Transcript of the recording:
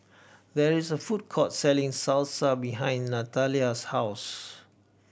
there is a food court selling Salsa behind Natalia's house